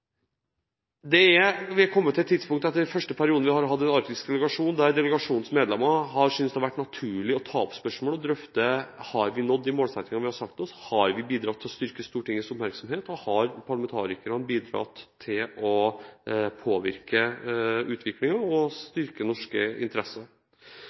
Vi er kommet til et tidspunkt – det er den første perioden vi har hatt en arktisk delegasjon – der delegasjonens medlemmer har syntes det har vært naturlig å ta opp spørsmål og drøfte: Har vi nådd de målsettingene vi har satt oss, har vi bidratt til å styrke Stortingets oppmerksomhet, og har parlamentarikerne bidratt til å påvirke utviklingen og